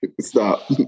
Stop